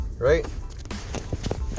Right